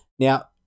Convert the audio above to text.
Now